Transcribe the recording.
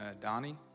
Donnie